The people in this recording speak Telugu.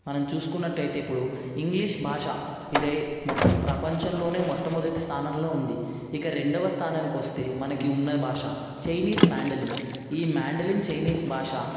మనం చూసుకున్నట్లయితే ఇప్పుడు ఇంగ్లీష్ భాష ఇది మొత్తం ప్రపంచంలోనే మొట్టమొదటి స్థానంలో ఉంది ఇక రెండవ స్థానంకి వస్తే మనకి ఉన్న భాష చైనీస్ మాండెలిన్ ఈ మాండెలిన్ చైనీస్ భాష